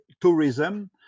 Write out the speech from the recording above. tourism